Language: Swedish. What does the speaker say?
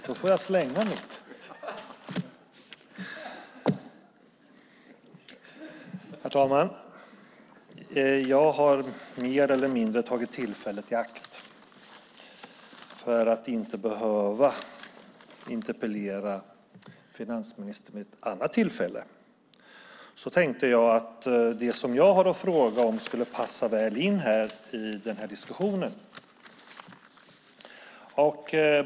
Herr talman! Jag har mer eller mindre tagit tillfället i akt. För att inte behöva interpellera finansministern vid ett annat tillfälle tänkte jag att det som jag har att fråga om skulle passa väl in i denna diskussion.